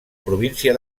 província